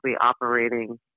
operating